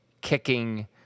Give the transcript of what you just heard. kicking